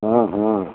हाँ हाँ